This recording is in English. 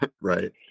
Right